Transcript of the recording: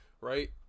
right